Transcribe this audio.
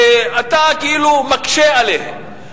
ואתה כאילו מקשה עליהם.